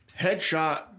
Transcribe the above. headshot